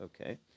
Okay